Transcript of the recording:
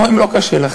או, אם לא קשה לכם,